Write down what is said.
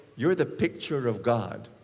you're the picture of god.